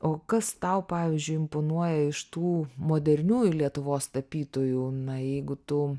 o kas tau pavyzdžiui imponuoja iš tų moderniųjų lietuvos tapytojų na jeigu tu